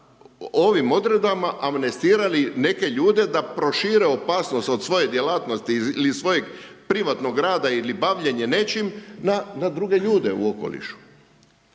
ovim odredbama amnestirali neke ljude da prošire opasnost od svoje djelatnosti ili svojeg privatnog rada ili bavljenja nečim na druge ljude u okolišu.